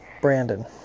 Brandon